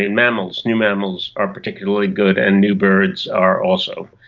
new mammals new mammals are particularly good, and new birds are also.